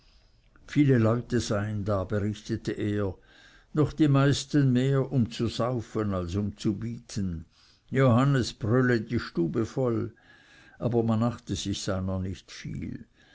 viel leute seien da berichtete er doch die meisten mehr um zu saufen als um zu bieten johannes brülle die stube voll aber man achte sich seiner nicht viel